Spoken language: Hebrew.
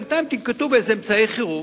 בינתיים תנקטו איזה אמצעי חירום,